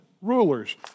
rulers